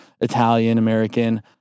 Italian-American